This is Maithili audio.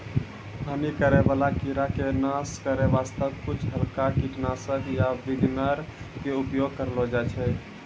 हानि करै वाला कीड़ा के नाश करै वास्तॅ कुछ हल्का कीटनाशक या विनेगर के उपयोग करलो जाय छै